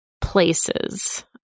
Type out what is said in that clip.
places